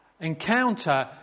encounter